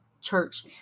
church